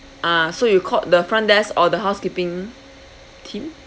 ah so you called the front desk or the housekeeping team